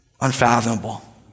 unfathomable